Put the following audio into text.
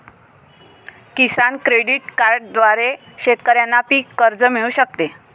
किसान credit कार्डद्वारे शेतकऱ्यांना पीक कर्ज मिळू शकते